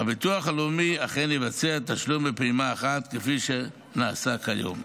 והביטוח הלאומי אכן יבצע תשלום בפעימה אחת כפי שנעשה כיום.